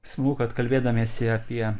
smagu kad kalbėdamiesi apie